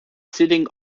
setting